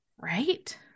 Right